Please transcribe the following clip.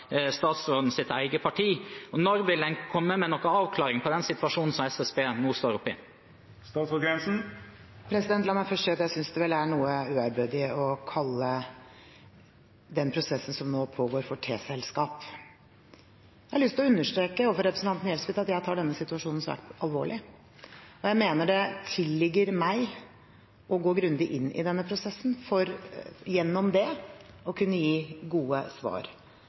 eget parti. Når vil en komme med en avklaring på den situasjonen som SSB nå står oppe i? La meg først si at jeg synes det er noe uærbødig å kalle den prosessen som nå pågår, for «teselskap». Jeg har lyst til å understreke overfor representanten Gjelsvik at jeg tar denne situasjonen svært alvorlig, og jeg mener det tilligger meg å gå grundig inn i denne prosessen, for gjennom det å kunne gi gode svar.